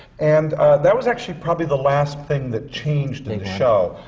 and that was actually probably the last thing that changed in the show.